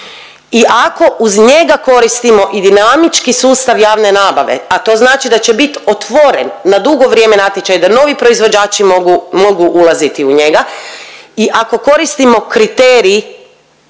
i ako uz njega koristimo i dinamički sustav javne nabave, a to znači da će bit otvoren na dugo vrijeme natječaj, da novi proizvođači mogu ulaziti u njega. I ako koristimo kriterij